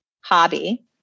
hobby